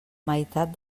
meitat